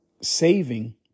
saving